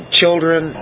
children